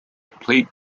played